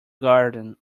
garden